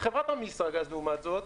בחברת "אמישרגאז", לעומת זאת,